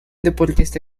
deportista